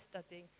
studying